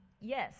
Yes